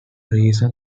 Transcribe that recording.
reason